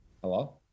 Hello